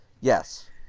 Yes